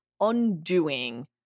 undoing